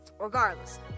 Regardless